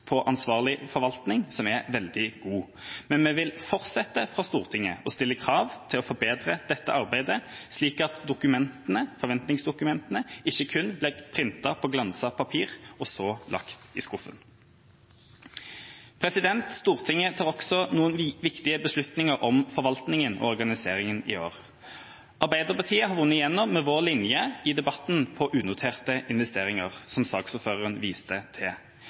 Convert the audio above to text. ansvarlig forvaltning, som er veldig god. Men vi vil fortsette fra Stortinget å stille krav til å forbedre dette arbeidet, slik at forventningsdokumentene ikke kun blir printet på glanset papir og så lagt i skuffen. Stortinget tar også noen viktige beslutninger om forvaltningen og organiseringen i år. Arbeiderpartiet har vunnet igjennom med vår linje i debatten om unoterte investeringer, som saksordføreren viste til.